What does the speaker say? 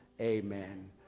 Amen